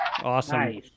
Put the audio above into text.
Awesome